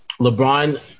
LeBron